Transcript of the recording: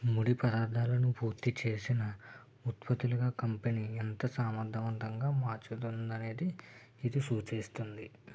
ముడి పదార్థాలను పూర్తి చేసిన ఉత్పత్తులుగా కంపెనీ ఎంత సమర్థవంతంగా మార్చుతోందనేది ఇది సూచిస్తుంది